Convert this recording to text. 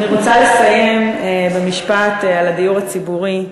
אני רוצה לסיים במשפט על הדיור הציבורי.